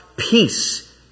Peace